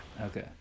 Okay